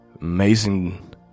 amazing